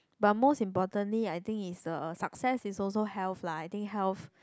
but most importantly I think is the success is also health lah I think health